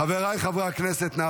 חבריי חברי הכנסת, בבקשה לשבת.